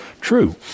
True